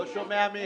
לא היה לו בסיס.